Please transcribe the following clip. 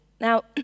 Now